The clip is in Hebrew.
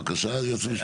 בבקשה, היועץ המשפטי.